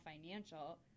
Financial